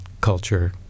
culture